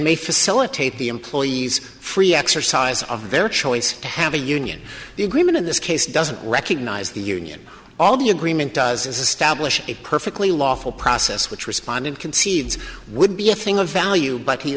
may facilitate the employees free exercise of their choice to have a union the agreement in this case doesn't recognize the union all the agreement does is establish a perfectly lawful process which respondent concedes would be a thing of value but he